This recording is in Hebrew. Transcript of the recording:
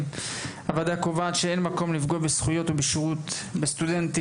הוועדה קובעת כי אין מקום לפגוע בזכויות ובשירות שהסטודנטים